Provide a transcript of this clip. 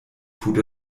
tut